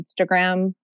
Instagram